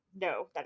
No